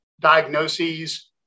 diagnoses